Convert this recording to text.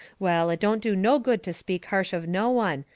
well, it don't do no good to speak harsh of no one,